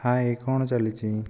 ହାଏ କଣ ଚାଲିଛି